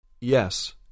Yes